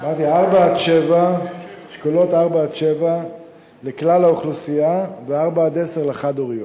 אמרתי: אשכולות 4 7 לכלל האוכלוסייה ו-4 10 לחד-הוריות.